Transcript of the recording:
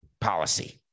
policy